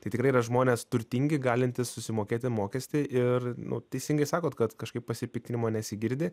tai tikrai yra žmonės turtingi galintys susimokėti mokestį ir nu teisingai sakot kad kažkaip pasipiktinimo nesigirdi